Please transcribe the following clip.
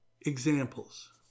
Examples